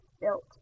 built